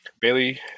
Bailey